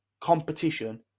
competition